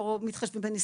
לא מתחשבים בנסיעות,